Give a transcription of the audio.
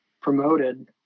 promoted